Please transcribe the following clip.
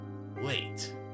Wait